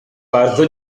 bardzo